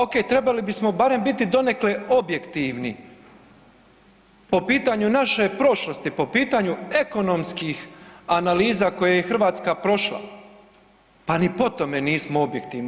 Ok, trebali bismo barem biti donekle objektivni po pitanju naše prošlosti, po pitanju ekonomskih analiza koje je Hrvatska prošla, pa ni po tome nismo objektivni.